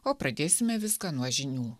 o pradėsime viską nuo žinių